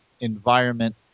environment